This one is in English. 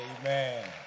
Amen